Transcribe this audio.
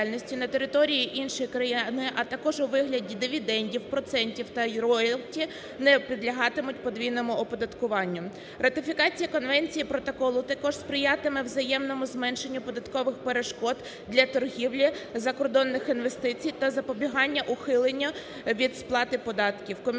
на території іншої країни, а також у вигляді дивідендів, процентів та роялті не підлягатимуть подвійному оподаткуванню. Ратифікація конвенції протоколу також сприятиме взаємному зменшенню податкових перешкод для торгівлі закордонних інвестицій та запобігання ухиленню від сплати податків.